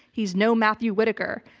he's no matthew whitaker,